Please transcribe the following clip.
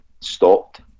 stopped